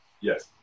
Yes